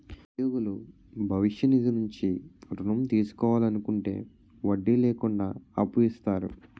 ఉద్యోగులు భవిష్య నిధి నుంచి ఋణం తీసుకోవాలనుకుంటే వడ్డీ లేకుండా అప్పు ఇస్తారు